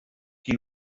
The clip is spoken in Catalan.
qui